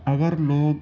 اگر لوگ